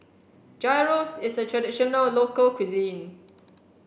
Gyros is a traditional local cuisine